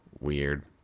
weird